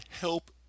help